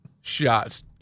shots